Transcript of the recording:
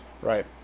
Right